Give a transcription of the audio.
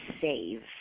save